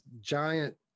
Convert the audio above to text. giant